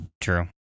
True